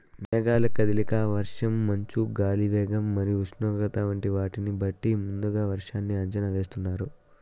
మేఘాల కదలిక, వర్షం, మంచు, గాలి వేగం మరియు ఉష్ణోగ్రత వంటి వాటిని బట్టి ముందుగా వర్షాన్ని అంచనా వేస్తున్నారు